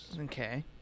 Okay